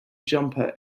jumper